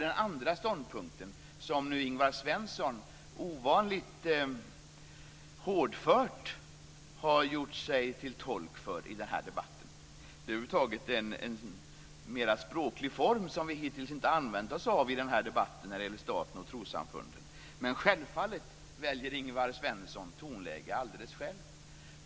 Den andra ståndpunkten har Ingvar Svensson nu ovanligt hårdfört gjort sig till tolk för i den här debatten. Det är över huvud taget en språklig form som vi hittills inte har använt oss av i debatten om staten och trossamfunden, men självfallet väljer Ingvar Svensson tonläge alldeles själv.